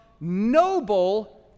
noble